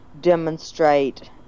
demonstrate